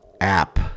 app